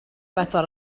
bedwar